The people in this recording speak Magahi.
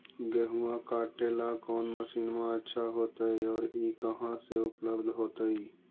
गेहुआ काटेला कौन मशीनमा अच्छा होतई और ई कहा से उपल्ब्ध होतई?